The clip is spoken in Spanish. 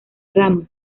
ramas